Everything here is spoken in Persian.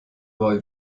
وای